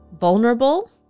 vulnerable